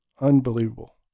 Unbelievable